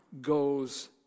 goes